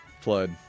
flood